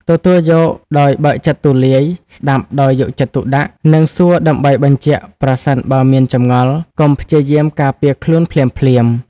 ទទួលយកដោយបើកចិត្តទូលាយ ស្តាប់ដោយយកចិត្តទុកដាក់ និងសួរដើម្បីបញ្ជាក់ប្រសិនបើមានចម្ងល់ កុំព្យាយាមការពារខ្លួនភ្លាមៗ។